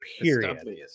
Period